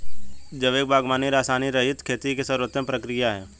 जैविक बागवानी रसायनरहित खेती की सर्वोत्तम प्रक्रिया है